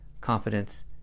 confidence